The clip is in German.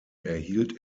erhielt